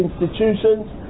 institutions